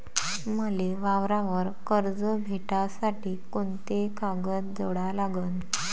मले वावरावर कर्ज भेटासाठी कोंते कागद जोडा लागन?